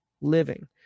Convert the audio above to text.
living